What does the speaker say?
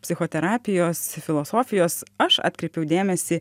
psichoterapijos filosofijos aš atkreipiau dėmesį